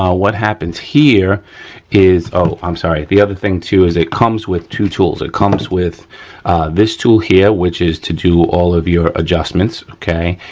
what happens here is, oh i'm sorry, the other thing too is it comes with two tools. it comes with this tool here which is to do all of you ah adjustments, okay,